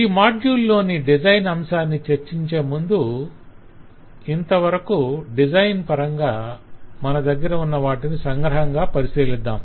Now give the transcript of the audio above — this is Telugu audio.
ఈ మాడ్యుల్ లోని డిజైన్ అంశాన్ని చర్చించేముందు ఇంతవరకు డిజైన్ పరంగా మన దగ్గర ఉన్నవాటిని సంగ్రహంగా పరిశీలిద్దాం